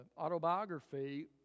autobiography